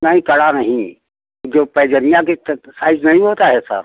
नहीं कड़ा नहीं जो पैजनिया के साइज नहीं होता है सर